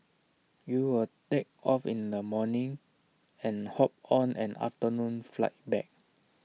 you will take off in the morning and hop on an afternoon flight back